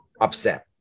upset